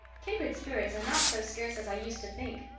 kindred spirits are not so scarce as i used to think.